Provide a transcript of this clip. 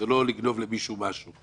כי זה לא לגנוב למישהו משהו.